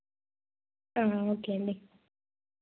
okay అండి